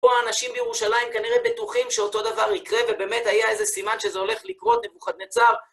פה האנשים בירושלים כנראה בטוחים שאותו דבר יקרה ובאמת היה איזה סימן שזה הולך לקרות, נבוכדנצר.